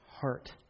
heart